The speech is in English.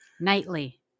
nightly